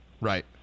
Right